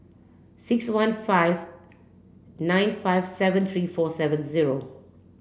six one five nine five seven three four seven zero